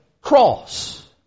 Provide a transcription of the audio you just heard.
cross